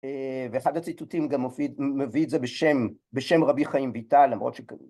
‫ואחד הציטוטים גם מביא את זה ‫בשם רבי חיים ויטל, למרות ש...